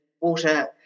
water –